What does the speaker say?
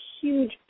huge